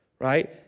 right